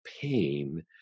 pain